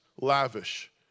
lavish